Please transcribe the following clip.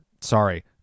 sorry